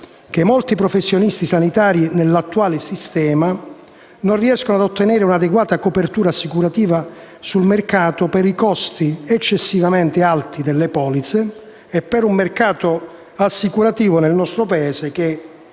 che molti professionisti sanitari nell'attuale sistema non riescono ad ottenere un'adeguata copertura assicurativa sul mercato per i costi eccessivamente alti delle polizze e per un mercato assicurativo del nostro Paese che